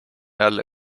jälle